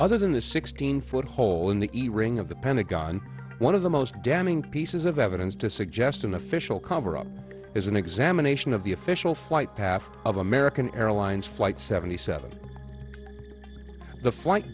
other than the sixteen foot hole in the earring of the pentagon one of the most damning pieces of evidence to suggest an official cover up is an examination of the official flight path of american airlines flight seventy seven the flight